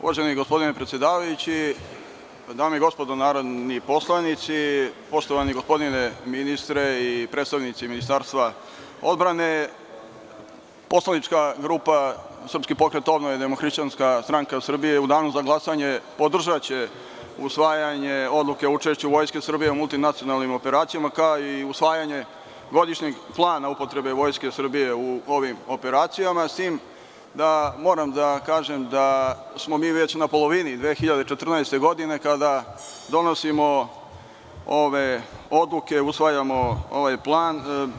Uvaženi gospodine predsedavajući, dame i gospodo narodni poslanici, poštovani gospodine ministre i predstavnici Ministarstva odbrane, poslanička grupa Srpski pokret odbrane - Demohrišćanska stranka Srbije u danu za glasanje podržaće usvajanje Odluke o učešću Vojske Srbije u multinacionalnim operacijama, kao i usvajanje Godišnjeg plana upotrebe Vojske Srbije u ovim operacijama, s tim da moram da kažem da smo mi već na polovini 2014. godine kada donosimo ove odluke iusvajamo ovaj plan.